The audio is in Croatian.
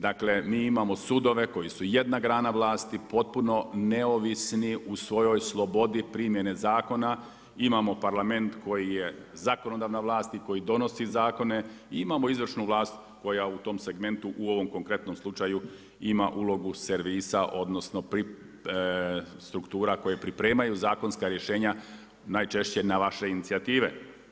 Dakle mi imamo sudove koje su jedna grana vlasti, potpuno neovisni u svojoj slobodi primjene zakona, imamo Parlament koji je zakonodavna vlast i koji donosi zakone i imamo izvršnu vlast koja u tom segmentu u ovom konkretnom slučaju ima ulogu servisa odnosno struktura koje pripremaju zakonska rješenja najčešće na vaše inicijative.